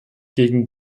gegen